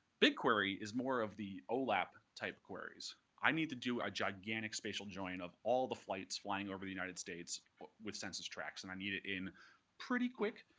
bigquery is more of the olap type queries. i need to do a gigantic spatial join of all the flights flying over the united states with census tracts. and i need it pretty quick,